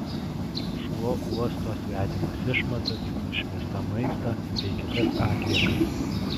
juk šuo uosto svetimas išmatas išmestą maistą bei kitas atliekas